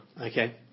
Okay